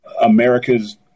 America's